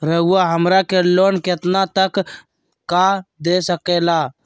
रउरा हमरा के लोन कितना तक का दे सकेला?